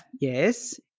Yes